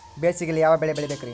ಬೇಸಿಗೆಯಲ್ಲಿ ಯಾವ ಬೆಳೆ ಬೆಳಿಬೇಕ್ರಿ?